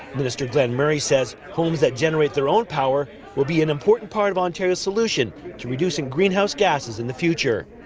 minister glen murray says homes that generate their own power will be an important part of ontario's solution to reducing greenhouse gasses in the future.